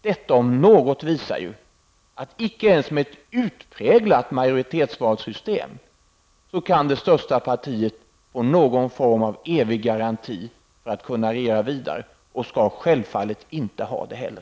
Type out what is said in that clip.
Detta om något visar att icke ens med ett utpräglat majoritetsvalsystem kan det största partiet få någon form av evig garanti för att kunna regera vidare, och det skall självfallet inte ha det heller.